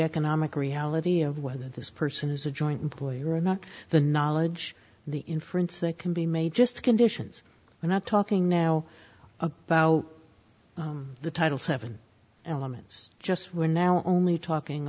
economic reality of whether this person is a joint employer or not the knowledge the inference that can be made just conditions we're not talking now about the title seven elements just we're now only talking